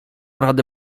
rady